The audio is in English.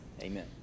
Amen